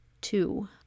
Two